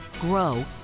grow